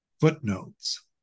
footnotes